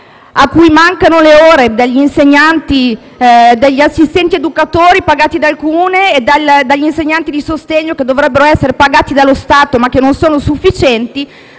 degli insegnanti e degli assistenti educatori pagati dal Comune e degli insegnanti di sostegno che dovrebbero essere pagati dallo Stato ma che non sono sufficienti.